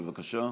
בבקשה.